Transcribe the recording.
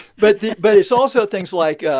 but but it's also things like,